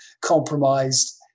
compromised